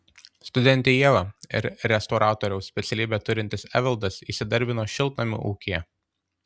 studentė ieva ir restauratoriaus specialybę turintis evaldas įsidarbino šiltnamių ūkyje